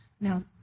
Now